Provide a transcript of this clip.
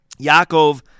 Yaakov